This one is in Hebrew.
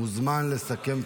לא קשור.